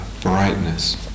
brightness